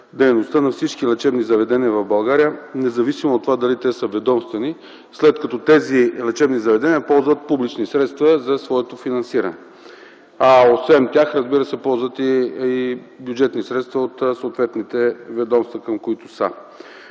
дейността на всички лечебни заведения в България, независимо дали те са ведомствени, след като тези лечебни заведения ползват публични средства за своето финансиране. Освен тях, разбира се, ползват и бюджетни средства от съответните ведомства, към които са.